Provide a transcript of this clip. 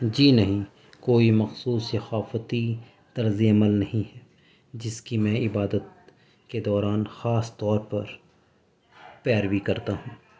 جی نہیں کوئی مخصوص ثقافتی طرزِ عمل نہیں ہے جس کی میں عبادت کے دوران خاص طور پر پیروی کرتا ہوں